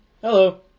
Hello